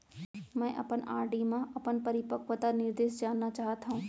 मै अपन आर.डी मा अपन परिपक्वता निर्देश जानना चाहात हव